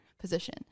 position